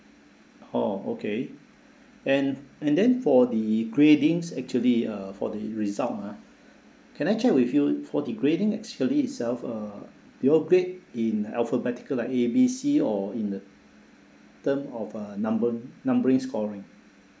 oh okay and and then for the gradings actually uh for the result ah can I check with you for the grading itself uh you all grade in alphabetical like a b c or in the term of uh number numbering scoring